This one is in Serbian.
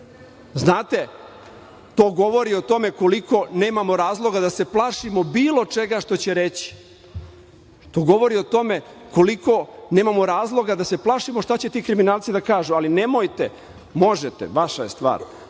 to govori o tome koliko nemamo razloga da se plašimo bilo čega što će reći, to govori o tome koliko nemamo razloga da se plašimo šta će ti kriminalci da kažu, ali nemojte, možete, vaša je stvar,